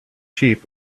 sheep